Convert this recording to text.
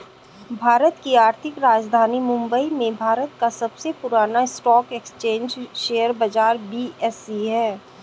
भारत की आर्थिक राजधानी मुंबई में भारत का सबसे पुरान स्टॉक एक्सचेंज शेयर बाजार बी.एस.ई हैं